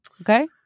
okay